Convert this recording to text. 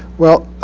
well,